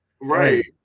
right